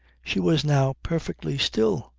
she was now perfectly still.